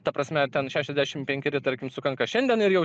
ta prasme ten šešiasdešim penkeri tarkim sukanka šiandien ir jau